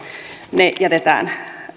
ne jätetään